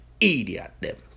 Idiot